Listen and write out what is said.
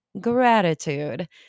gratitude